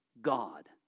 God